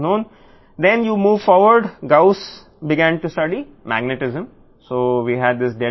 అప్పుడు మీరు ముందుకు సాగండి గాస్ మ్యాగ్నిటిజమ్ అధ్యయనం చేయడం ప్రారంభించాడు